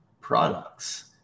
products